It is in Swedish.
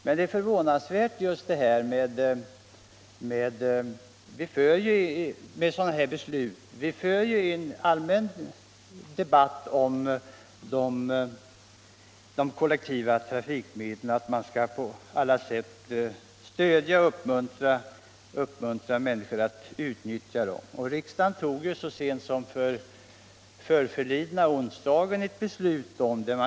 Men det är förvånansvärt att sådana här beslut fattas. Det förs ju en allmän debatt om de kollektiva trafikmedlen, och det framhålls i den debatten att man på alla sätt bör stödja och uppmuntra människor att utnyttja dem. Riksdagen fattade f. ö. så sent som i onsdags för två veckor sedan ett beslut i denna riktning.